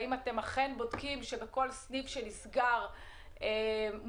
האם אתם בודקים שבכל סניף שנסגר מוצב